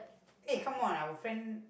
aye come on our friend